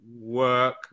work